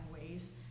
ways